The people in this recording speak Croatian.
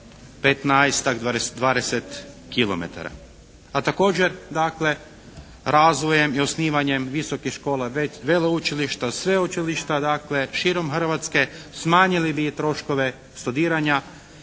kilometara. A također dakle razvojem i osnivanjem visokih škola, veleučilišta, sveučilišta dakle širom Hrvatske smanjili bi troškove studiranja